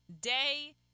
day